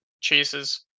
chases